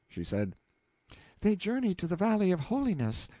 she said they journey to the valley of holiness,